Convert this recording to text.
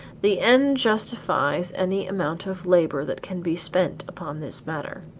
the end justifies any amount of labor that can be spent upon this matter.